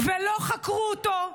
ולא חקרו אותו,